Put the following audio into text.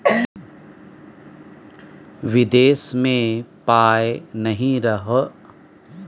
विदेश मे पाय नहि रहितौ तँ ट्रैवेलर्स चेक पर काज कए सकैत छी